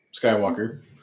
Skywalker